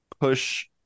push